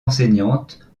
enseignante